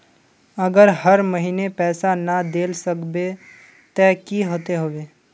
अगर हर महीने पैसा ना देल सकबे ते की होते है?